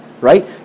right